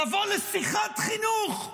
לבוא לשיחת חינוך.